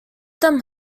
them